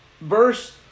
Verse